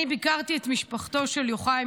אני ביקרתי את משפחתו של יוחאי,